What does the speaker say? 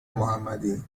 محمدی